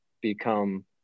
become